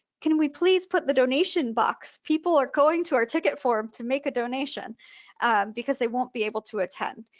can we please put the donation box? people are going to our ticket form to make a donation because they won't be able to attend.